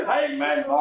amen